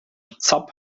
zob